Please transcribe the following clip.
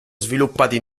sviluppati